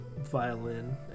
violin